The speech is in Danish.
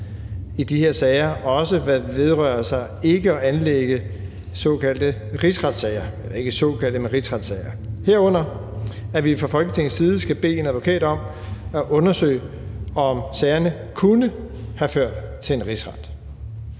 i de her sager, også hvad vedrører sager, hvor der ikke er anlagt rigsretssager. Vi skal herunder fra Folketingets side bede en advokat om at undersøge, om sagerne kunne have ført til en rigsret;